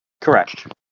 Correct